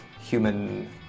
human